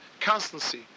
constancy